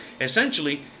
essentially